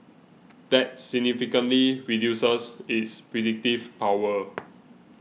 that significantly reduces its predictive power